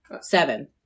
Seven